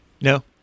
No